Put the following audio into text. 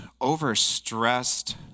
overstressed